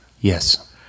Yes